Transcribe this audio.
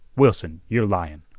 wilson, you're lyin'.